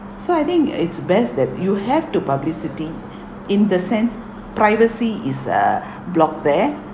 so I think it's best that you have to publicity in the sense privacy is uh blocked there